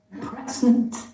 Present